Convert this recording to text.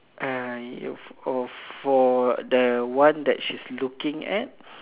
uh you for for the one that she's looking at